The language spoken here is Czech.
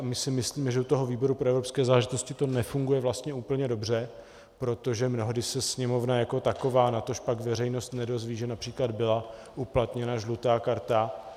My si myslíme, že u výboru pro evropské záležitosti to nefunguje vlastně úplně dobře, protože mnohdy se Sněmovna jako taková, natožpak veřejnost nedozví, že například byla uplatněna žlutá karta.